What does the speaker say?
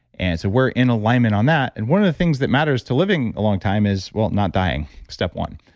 and so we're in alignment on that and one of the things that matters to living a long time is well, not dying, step one.